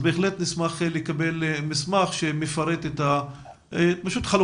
בהחלט נשמח לקבל מסמך שמפרט את חלוקת